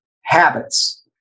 habits